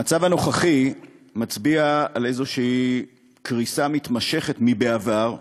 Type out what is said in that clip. המצב הנוכחי מצביע על איזו קריסה מתמשכת מהעבר,